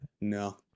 No